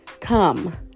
Come